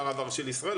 לרב הראשי לישראל,